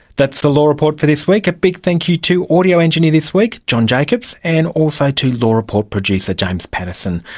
that's the law report for this week. a big thank you to audio engineer this week john jacobs, and also to law report producer james pattison.